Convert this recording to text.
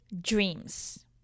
Dreams